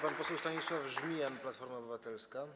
Pan poseł Stanisław Żmijan, Platforma Obywatelska.